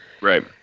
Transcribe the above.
Right